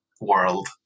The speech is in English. world